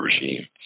regime